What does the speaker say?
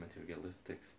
materialistic